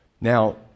Now